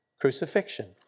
crucifixion